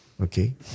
Okay